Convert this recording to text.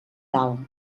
dalt